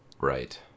Right